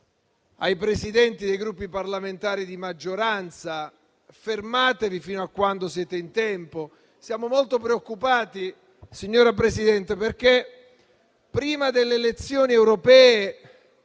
ai Presidenti dei Gruppi parlamentari di maggioranza: fermatevi fin quando siete in tempo. Signora Presidente, siamo molto preoccupati perché prima delle elezioni europee